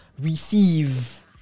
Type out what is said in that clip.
receive